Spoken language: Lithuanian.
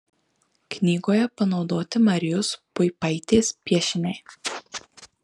knygoje panaudoti marijos puipaitės piešiniai